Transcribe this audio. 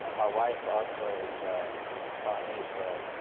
my wife also is is pawnee, so